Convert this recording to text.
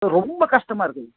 ரொம்ப கஷ்டமாக இருக்குது